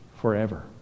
forever